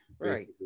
Right